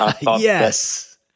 Yes